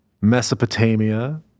Mesopotamia